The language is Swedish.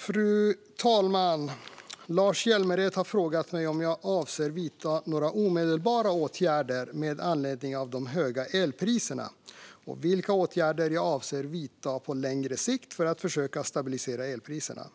Fru talman! Lars Hjälmered har frågat mig om jag avser att vidta några omedelbara åtgärder med anledning av de höga elpriserna och vilka åtgärder jag avser att vidta på längre sikt för att försöka stabilisera elpriserna.